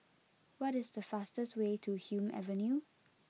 what is the fastest way to Hume Avenue